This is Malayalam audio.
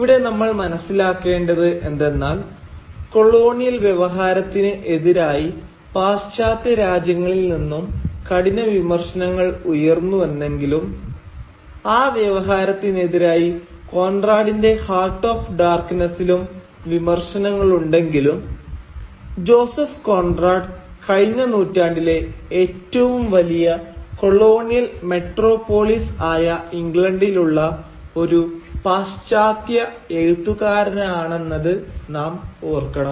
ഇവിടെ നമ്മൾ മനസ്സിലാക്കേണ്ടത് എന്തെന്നാൽ കൊളോണിയൽ വ്യവഹാരത്തിന് എതിരായി പാശ്ചാത്യരാജ്യങ്ങളിൽ നിന്നും കഠിന വിമർശനങ്ങൾ ഉയർന്നുവന്നെങ്കിലും ആ വ്യവഹാരത്തിനെതിരായി കോൺറാഡിന്റെ 'ഹാർട്ട് ഓഫ് ഡാർക്നെസ്സിലും' വിമർശനങ്ങളുണ്ടെങ്കിലും ജോസഫ് കോൺറാഡ് കഴിഞ്ഞ നൂറ്റാണ്ടിലെ ഏറ്റവും വലിയ കൊളോണിയൽ മെട്രോപോളിസ് ആയ ഇംഗ്ലണ്ടിലുള്ള ഒരു പാശ്ചാത്യ എഴുത്തുകാരനാണെന്നത് നാം ഓർക്കണം